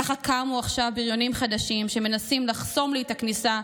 ככה קמו עכשיו בריונים חדשים שמנסים לחסום לי את הכניסה.